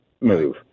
move